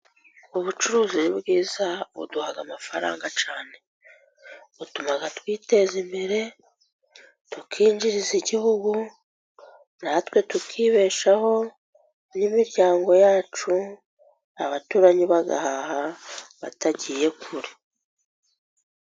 Ubucuruzi ni bwiza buduha amafaranga cyane. Butuma twiteza imbere tukinjiriza Igihugu natwe tukibeshaho n'imiryango yacu. Abaturanyi bagahaha batagiye kure.